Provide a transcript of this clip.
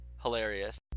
hilarious